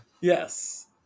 Yes